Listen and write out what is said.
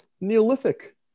Neolithic